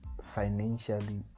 financially